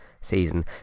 season